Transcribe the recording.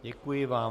Děkuji vám.